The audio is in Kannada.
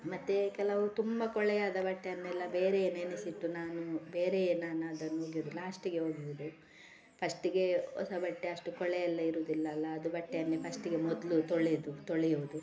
ಮತ್ತೆ ಕೆಲವು ತುಂಬ ಕೊಳೆ ಆದ ಬಟ್ಟೆಯನ್ನೆಲ್ಲ ಬೇರೆಯೇ ನೆನೆಸಿಟ್ಟು ನಾನು ಬೇರೆಯೇ ನಾನು ಅದನ್ನು ಒಗ್ಯುದು ಲಾಸ್ಟಿಗೆ ಒಗ್ಯೋದು ಫಸ್ಟಿಗೆ ಹೊಸ ಬಟ್ಟೆ ಅಷ್ಟು ಕೊಳೆ ಎಲ್ಲ ಇರೋದಿಲ್ಲ ಅಲ್ಲಾ ಅದು ಬಟ್ಟೆಯನ್ನೆ ಫಸ್ಟಿಗೆ ಮೊದಲು ತೊಳೆದು ತೊಳೆಯೋದು